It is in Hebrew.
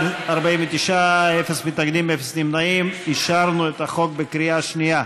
בוועדת הכלכלה ללא קשר לסנקציה הפלילית,